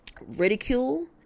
ridicule